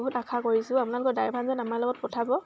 বহুত আশা কৰিছোঁ আপোনালোকৰ ড্ৰাইভাৰজন আমাৰ লগত পঠাব